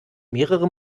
mehrere